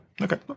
Okay